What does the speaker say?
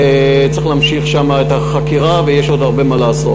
וצריך להמשיך שם את החקירה ויש עוד הרבה מה לעשות.